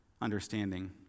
understanding